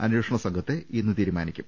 അന്വേഷണ സംഘത്തെ ഇന്ന് തീരുമാനിക്കും